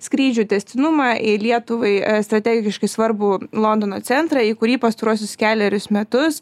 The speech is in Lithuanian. skrydžių tęstinumą į lietuvai strategiškai svarbų londono centrą į kurį pastaruosius kelerius metus